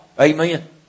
Amen